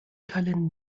kalender